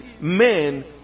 men